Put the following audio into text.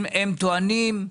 הם טוענים,